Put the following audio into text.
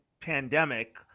pandemic